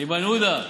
איימן עודה.